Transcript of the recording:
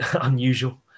unusual